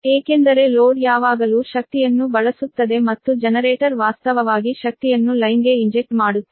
ಏಕೆಂದರೆ ಲೋಡ್ ಯಾವಾಗಲೂ ಶಕ್ತಿಯನ್ನು ಬಳಸುತ್ತದೆ ಮತ್ತು ಜನರೇಟರ್ ವಾಸ್ತವವಾಗಿ ಶಕ್ತಿಯನ್ನು ಲೈನ್ಗೆ ಇಂಜೆಕ್ಟ್ ಮಾಡುತ್ತದೆ